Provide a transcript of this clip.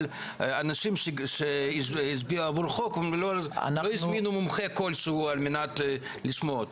אנשים שהצביעו עבור החוק לא הזמינו מומחה כלשהו על מנת לשמוע אותו.